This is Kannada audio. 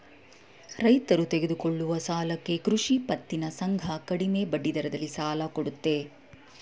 ರೈತರು ತೆಗೆದುಕೊಳ್ಳುವ ಸಾಲಕ್ಕೆ ಕೃಷಿ ಪತ್ತಿನ ಸಂಘ ಕಡಿಮೆ ಬಡ್ಡಿದರದಲ್ಲಿ ಸಾಲ ಕೊಡುತ್ತೆ